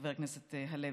חבר הכנסת הלוי.